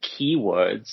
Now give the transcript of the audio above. keywords